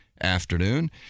afternoon